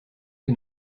que